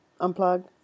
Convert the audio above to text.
unplug